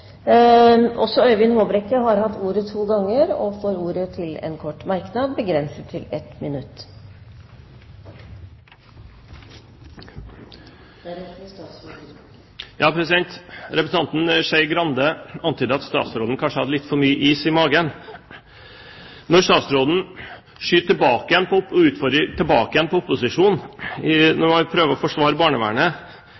Øyvind Håbrekke har hatt ordet to ganger og får ordet til en kort merknad, begrenset til 1 minutt. Representanten Skei Grande antydet at statsråden kanskje hadde litt for mye is i magen. Når statsråden skyter tilbake på opposisjonen og utfordrer opposisjonen mens han prøver å forsvare barnevernet og etterlyser kvalitetskriterier i